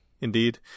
indeed